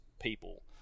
people